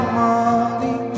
money